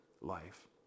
life